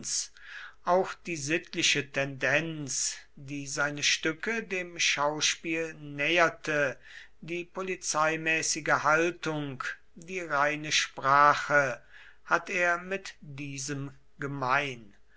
auch die sittliche tendenz die seine stücke dem schauspiel näherte die polizeimäßige haltung die reine sprache hat er mit diesem gemein